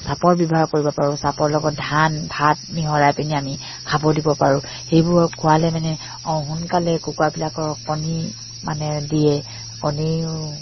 চাপৰ ব্যৱহাৰ কৰিব পাৰোঁ চাপৰৰ লগত ধান ভাত মিহলাই পিনি আমি খাব দিব পাৰোঁ সেইবোৰ খোৱালে মানে অঁ সোনকালে কুকুৰাবিলাকৰ কণী মানে দিয়ে কণীও